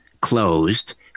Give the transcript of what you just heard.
closed